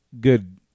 good